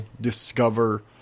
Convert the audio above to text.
discover